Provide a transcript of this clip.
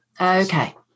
Okay